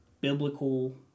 biblical